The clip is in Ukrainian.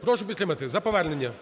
прошу підтримати за повернення.